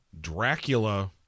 Dracula